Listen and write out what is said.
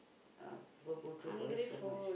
uh people go through for you so much